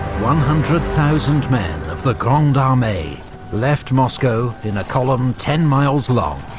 one hundred thousand men of the grande armee left moscow in a column ten miles long,